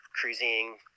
cruising